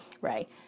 right